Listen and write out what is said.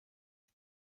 die